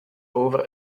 over